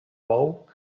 bou